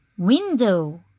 Window